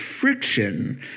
friction